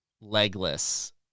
legless